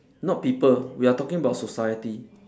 not people we are taking about society